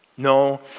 No